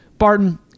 barton